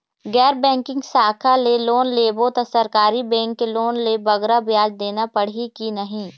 गैर बैंकिंग शाखा ले लोन लेबो ता सरकारी बैंक के लोन ले बगरा ब्याज देना पड़ही ही कि नहीं?